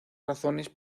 razones